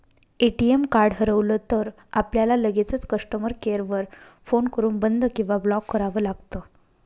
ATM card हरवलं तर, आपल्याला लगेचच कस्टमर केअर वर फोन करून बंद किंवा ब्लॉक करावं लागतं